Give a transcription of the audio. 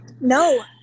no